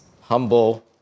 humble